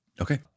Okay